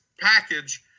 package